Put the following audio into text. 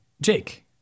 Jake